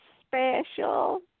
special